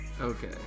Okay